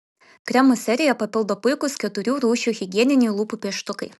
kremų seriją papildo puikūs keturių rūšių higieniniai lūpų pieštukai